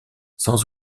sans